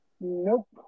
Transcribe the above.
Nope